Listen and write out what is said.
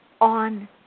on